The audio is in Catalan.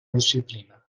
disciplina